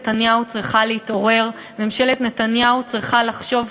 אנחנו מוצאים יותר ויותר אנשים במדינת ישראל גם עם שכר לא מספיק,